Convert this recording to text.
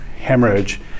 hemorrhage